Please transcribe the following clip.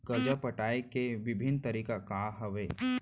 करजा पटाए के विभिन्न तरीका का हवे?